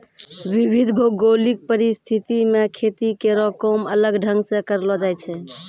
विविध भौगोलिक परिस्थिति म खेती केरो काम अलग ढंग सें करलो जाय छै